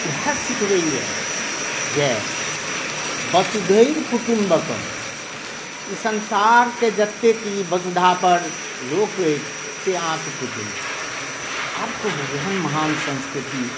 वएह सिखबैया जे वसुधैव कुटुम्बकम ई संसारके ई जतेक वसुधा पर लोक अछि से अहाँके कुटुम्ब छी आब कहु एहन महान संस्कृति